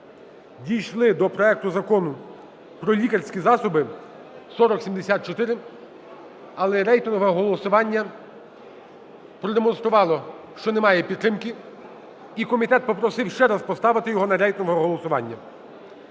дійшли до проекту Закону про лікарські засоби (4074), але рейтингове голосування продемонструвало, що немає підтримки. І комітет попросив ще раз поставити його на рейтингове голосування.